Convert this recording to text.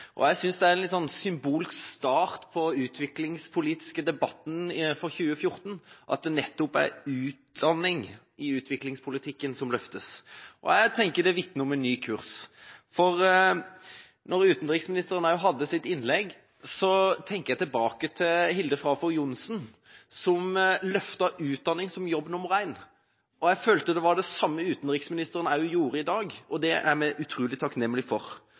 for. Jeg synes det er en symbolsk start på den utviklingspolitiske debatten for 2014, at det nettopp er utdanning i utviklingspolitikken som løftes fram. Jeg tenker det vitner om en ny kurs. Da utenriksministeren hadde sitt innlegg, tenkte jeg tilbake på Hilde Frafjord Johnson, som løftet fram utdanning som jobb nr. én. Jeg følte det var det samme utenriksministeren gjorde i dag, og det er vi utrolig takknemlig for.